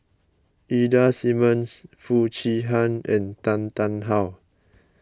Ida Simmons Foo Chee Han and Tan Tarn How